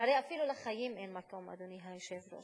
הרי אפילו לחיים אין מקום, אדוני היושב-ראש.